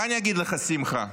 מה אגיד לך, שמחה?